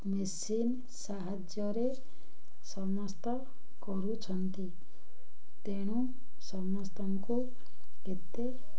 machine ସାହାଯ୍ୟରେ ସମସ୍ତ କରୁଛନ୍ତି ତେଣୁ ସମସ୍ତଙ୍କୁ କେତେ